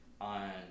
on